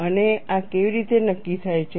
અને આ કેવી રીતે નક્કી થાય છે